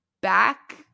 back